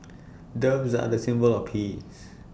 doves are A symbol of peace